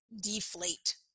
deflate